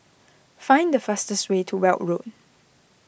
find the fastest way to Weld Road